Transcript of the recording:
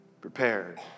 prepared